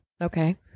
Okay